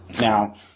Now